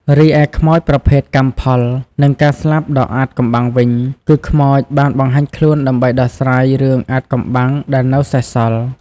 រីឯរឿងខ្មោចប្រភេទ កម្មផល និងការស្លាប់ដ៏អាថ៌កំបាំងវិញ គឺខ្មោចបានបង្ហាញខ្លួនដើម្បីដោះស្រាយរឿងអាថ៌កំបាំងដែលនៅសេសសល់។